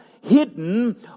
hidden